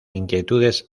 inquietudes